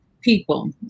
people